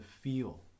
feel